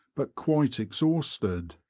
but quite exhausted.